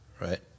Right